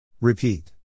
Repeat